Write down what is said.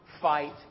fight